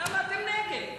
למה אתם נגד?